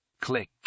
Click